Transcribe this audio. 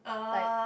like